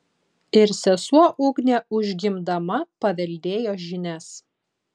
ir sesuo ugnė užgimdama paveldėjo žinias